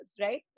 right